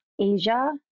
Asia